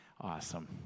awesome